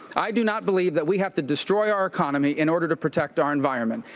i do not believe that we have to destroy our economy in order to protect our environment.